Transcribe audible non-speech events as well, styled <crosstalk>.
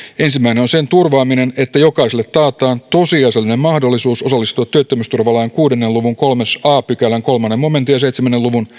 ensimmäinen on sen turvaaminen että jokaiselle taataan tosiasiallinen mahdollisuus osallistua työttömyysturvalain kuuden luvun kolmannen a pykälän kolmannen momentin ja seitsemän luvun <unintelligible>